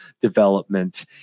development